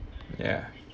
ya